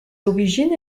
origines